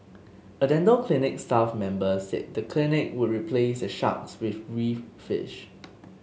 a dental clinic staff member said the clinic would replace the sharks with reef fish